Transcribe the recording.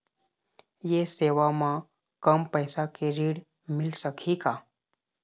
ये सेवा म कम पैसा के ऋण मिल सकही का?